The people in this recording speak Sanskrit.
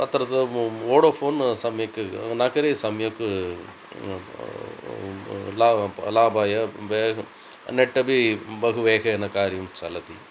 अत्र तु मु वोडोफ़ोन् सम्यक् नकरे सम्यक् ला प् लाभाय वेहं नेट् अपि बहु वेगेन कार्यं चलति